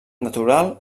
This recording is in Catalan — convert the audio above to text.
natural